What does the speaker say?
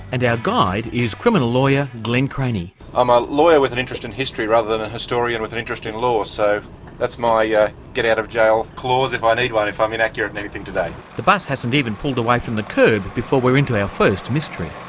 and our guide is criminal lawyer glenn cranny. i'm a lawyer with an interest in history rather than a historian with an interest in law, so that's my yeah get-out-of-jail clause if i need one, if i'm inaccurate in anything today. the bus hasn't even pulled away from the curb before we're into our first mystery.